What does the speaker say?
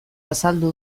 azaldu